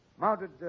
Mounted